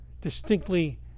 distinctly